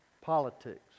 politics